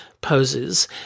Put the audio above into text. poses